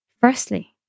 Firstly